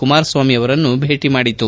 ಕುಮಾರಸ್ವಾಮಿ ಅವರನ್ನು ಭೇಟಿ ಮಾಡಿತು